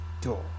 door